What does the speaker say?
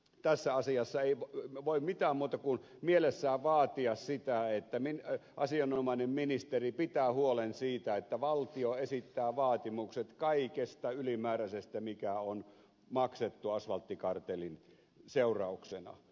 tässä asiassa ei voi mitään muuta kuin mielessään vaatia sitä että asianomainen ministeri pitää huolen siitä että valtio esittää vaatimukset kaikesta ylimääräisestä mikä on maksettu asfalttikartellin seurauksena